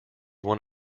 one